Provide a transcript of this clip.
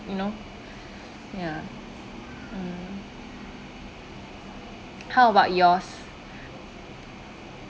you know ya mm how about yours